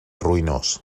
ruïnós